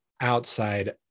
outside